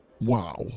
Wow